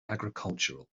agricultural